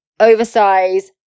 oversize